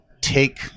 take